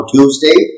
Tuesday